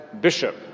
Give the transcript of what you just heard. bishop